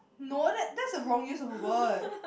no that that's a wrong use of a word